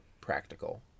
practical